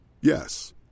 Yes